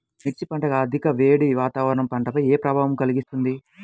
మిర్చి పంట అధిక వేడి వాతావరణం పంటపై ఏ ప్రభావం కలిగిస్తుంది?